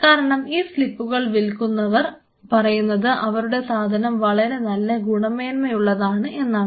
കാരണം ഈ സ്ലിപ്പുകൾ വിൽക്കുന്നവർ പറയുന്നത് അവരുടെ സാധനം വളരെ നല്ല ഗുണമേന്മയുള്ളതാണ് എന്നാണ്